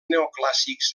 neoclàssics